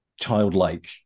childlike